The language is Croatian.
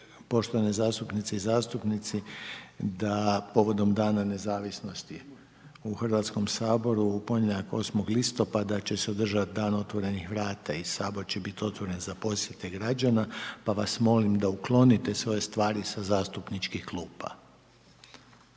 poštovane zastupnice i zastupnici da povodom dana nezavisnosti u Hrvatskom saboru u ponedjeljak 8. listopada će se održat dan otvorenih vrata i Sabor će biti otvoren za posjete građana pa vas molim da uklonite svoje stvari sa zastupničkih klupa.